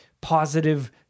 positive